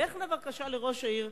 לך בבקשה לראש העיר,